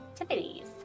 activities